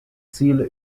ziele